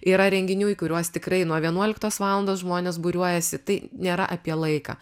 yra renginių į kuriuos tikrai nuo vienuoliktos valandos žmonės būriuojasi tai nėra apie laiką